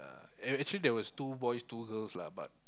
yeah act~ actually there was two boys two girls lah but